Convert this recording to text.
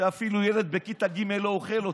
שאפילו ילד בכיתה ג' לא אוכל אותם.